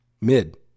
mid